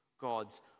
God's